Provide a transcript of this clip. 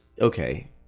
okay